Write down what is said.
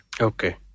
Okay